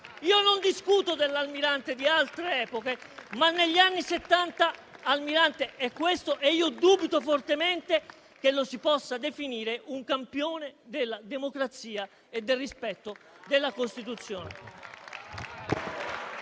Io non discuto dell'Almirante di altre epoche, ma negli anni Settanta Almirante è stato questo e io dubito fortemente che lo si possa definire un campione della democrazia e del rispetto della Costituzione.